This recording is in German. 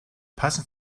passen